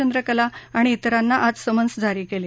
चंद्रकला आणि इतरांना आज समन्स जारी केलं